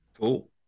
Cool